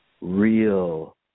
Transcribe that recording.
real